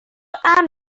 امن